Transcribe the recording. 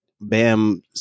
Bam